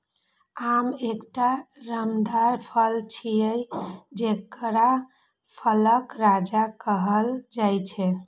आम एकटा रसदार फल छियै, जेकरा फलक राजा कहल जाइ छै